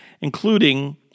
including